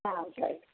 ஆ சரி